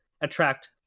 attract